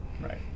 right